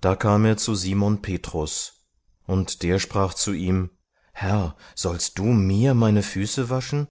da kam er zu simon petrus und der sprach zu ihm herr sollst du mir meine füße waschen